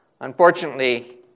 Unfortunately